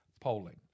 polling